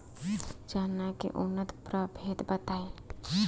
चना के उन्नत प्रभेद बताई?